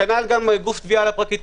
כנ"ל גוף תביעה לפרקליטות.